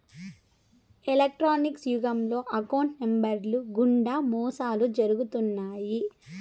electronics యుగంలో account నెంబర్లు గుండా మోసాలు జరుగుతున్నాయి